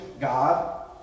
God